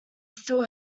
still